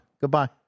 Goodbye